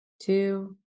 two